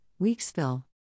Weeksville